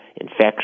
infection